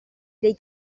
dei